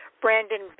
Brandon